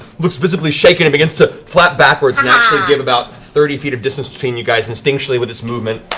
looks visibly shaken. it begins to flap backwards and actually get about thirty feet of distance between you guys instinctually with its movement.